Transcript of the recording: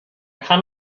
kann